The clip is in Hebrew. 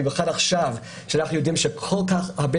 במיוחד עכשיו שאנחנו יודעים שכל כך הרבה